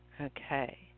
Okay